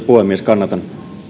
puhemies kannatan